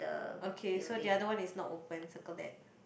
okay so the other one is not open circle that